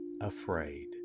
afraid